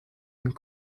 une